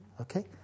Okay